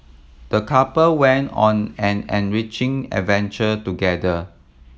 the couple went on an enriching adventure together